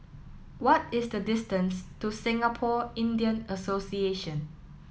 what is the distance to Singapore Indian Association